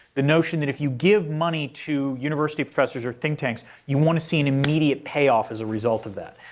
the notion that if you give money to university professors or think tanks, you want to see an immediate payoff as a result of that.